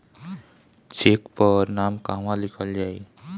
Check पर नाम कहवा लिखल जाइ?